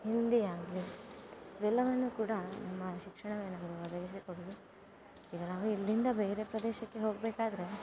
ಹಿಂದಿ ಆಗಲಿ ಇವೆಲ್ಲವನ್ನು ಕೂಡ ನಮ್ಮ ಶಿಕ್ಷಣವೇ ನಮಗೆ ಒದಗಿಸಿಕೊಡೋದು ಈಗ ನಾವು ಇಲ್ಲಿಂದ ಬೇರೆ ಪ್ರದೇಶಕ್ಕೆ ಹೋಗಬೇಕಾದ್ರೆ